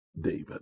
David